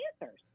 answers